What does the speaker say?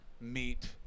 meet